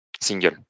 single